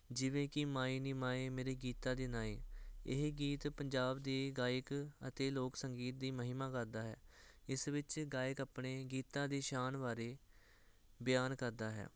ਜਿਵੇਂ ਕਿ ਮਾਏ ਨੀ ਮਾਏ ਮੇਰੇ ਗੀਤਾਂ ਦੀ ਨਾਏ ਇਹ ਗੀਤ ਪੰਜਾਬ ਦੀ ਇਹ ਗਾਇਕ ਅਤੇ ਲੋਕ ਸੰਗੀਤ ਦੀ ਮਹਿਮਾ ਕਰਦਾ ਹੈ ਇਸ ਵਿੱਚ ਗਾਇਕ ਆਪਣੇ ਗੀਤਾਂ ਦੀ ਸ਼ਾਨ ਬਾਰੇ ਬਿਆਨ ਕਰਦਾ ਹੈ